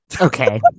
Okay